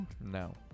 No